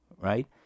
right